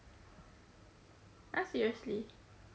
!huh! seriously